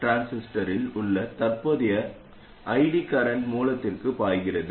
MOS டிரான்சிஸ்டரில் உள்ள தற்போதைய ID கர்ரன்ட் மூலத்திற்கு பாய்கிறது